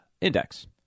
index